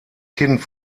kind